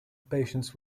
patients